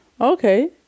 Okay